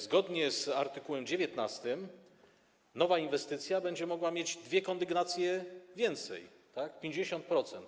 Zgodnie z art. 19 nowa inwestycja będzie mogła mieć dwie kondygnacje więcej, tak? 50%.